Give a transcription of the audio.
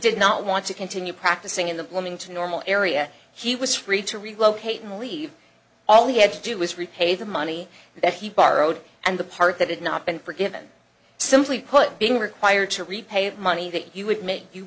did not want to continue practicing in the bloomington normal area he was free to relocate and leave all he had to do was repaid the money that he borrowed and the part that had not been forgiven simply put being required to repay the money that you would make you